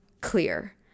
clear